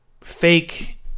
fake